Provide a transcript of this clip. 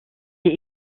est